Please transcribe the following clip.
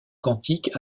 quantique